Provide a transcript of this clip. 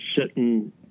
sitting